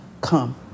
come